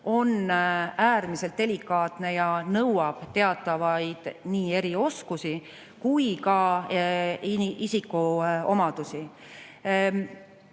on äärmiselt delikaatne ja nõuab nii teatavaid erioskusi kui ka isikuomadusi.